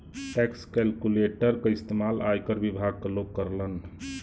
tax calculator क इस्तेमाल आयकर विभाग क लोग करलन